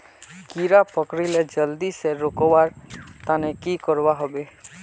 कीड़ा पकरिले जल्दी से रुकवा र तने की करवा होबे?